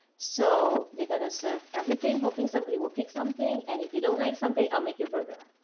so, they are going to serve everything hoping somebody will pick something. and if you don't like something, they'll make your burger.